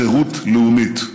חירות לאומית.